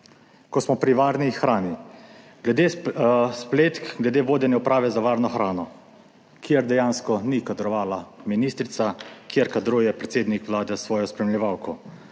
Ko smo pri varni hrani, glede spletk, glede vodenja Uprave za varno hrano, kjer dejansko ni kadrovala ministrica, kjer kadruje predsednik Vlade s svojo spremljevalko.